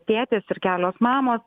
tėtis ir kelios mamos